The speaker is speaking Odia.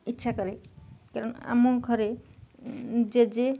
ଇଚ୍ଛା କରେ କାରଣ ଆମ ଘରେ ଜେଜେ